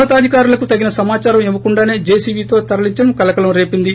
ఉన్న తాధికారులకు తగిన సమాచారం ఇవ్వకుండానే జేసీబీతో తరలించడం కలకలం రేపింది